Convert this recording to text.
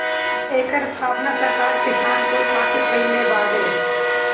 एकर स्थापना सरकार किसान कुल खातिर कईले बावे